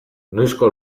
noizko